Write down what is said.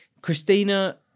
Christina